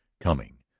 coming,